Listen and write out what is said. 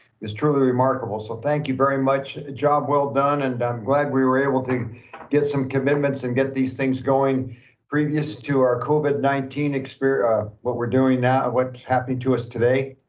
is truly remarkable, so thank you very much, job well done. and i'm glad we were able to get some commitments and get these things going previous to our covid nineteen, what we're doing now, what's happening to us today,